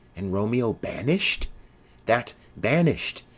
and romeo banished that banished,